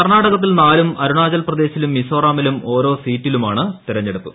കർണാടകത്തിൽ നാലും അരുണാചൽ പ്രദേശിലും മിസോറമിലും ഓരോ സീറ്റിലുമാണ് തിരഞ്ഞെടുപ്പ്